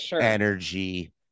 energy